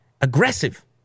aggressive